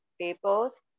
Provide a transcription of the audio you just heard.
papers